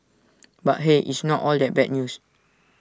but hey it's not all that bad news